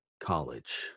college